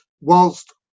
whilst